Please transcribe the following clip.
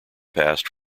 passed